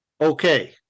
okay